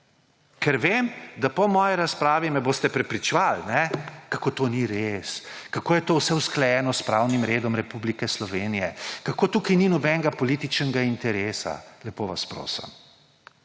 Ker vem, da po moji razpravi me boste prepričevali, kako to ni res, kako je to vse usklajeno s pravnim redom Republike Slovenije, kako tukaj ni nobenega političnega interesa. Lepo vas prosim,